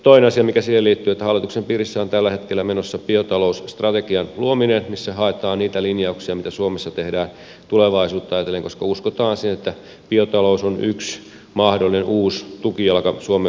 toinen asia mikä siihen liittyy on se että hallituksen piirissä on tällä hetkellä menossa biotalousstrategian luominen missä haetaan niitä linjauksia mitä suomessa tehdään tulevaisuutta ajatellen koska uskotaan siihen että biotalous on yksi mahdollinen uusi tukijalka suomen kansantaloudelle